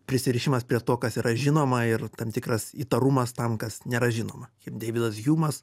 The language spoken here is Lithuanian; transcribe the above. prisirišimas prie to kas yra žinoma ir tam tikras įtarumas tam kas nėra žinoma ir deividas hjumas